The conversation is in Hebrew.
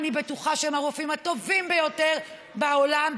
אני בטוחה שהם הרופאים הטובים ביותר בעולם,